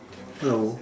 hello